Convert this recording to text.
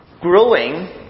growing